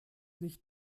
nicht